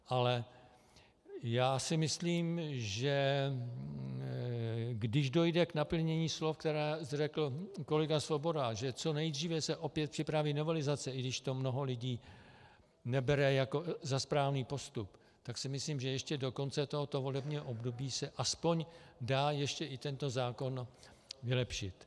Ale já si myslím, že když dojde k naplnění slov, která řekl kolega Svoboda, že co nejdříve se opět připraví novelizace, i když to mnoho lidí nebere za správný postup, tak si myslím, že ještě do konce tohoto volebního období se aspoň dá ještě i tento zákon vylepšit.